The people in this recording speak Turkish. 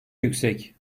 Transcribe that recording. yüksek